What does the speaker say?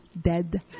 dead